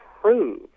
prove